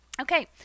Okay